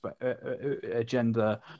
agenda